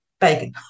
bacon